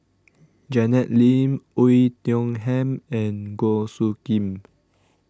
Janet Lim Oei Tiong Ham and Goh Soo Khim